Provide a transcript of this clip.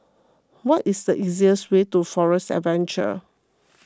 what is the easiest way to Forest Adventure